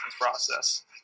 process